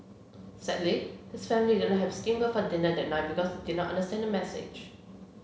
sadly his family didn't have steam boat for dinner that night because they did not understand the message